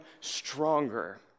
stronger